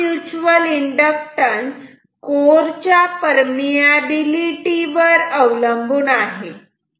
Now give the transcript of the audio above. हा mutual inductance core च्या permeability वर अवलंबून आहे